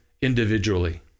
individually